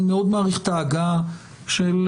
אני מאוד מעריך את ההגעה שלכם,